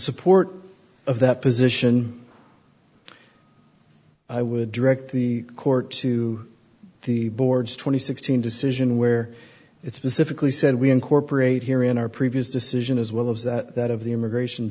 support of that position i would direct the court to the board's twenty sixteen decision where it's pacifically said we incorporate here in our previous decision as well as that of the immigration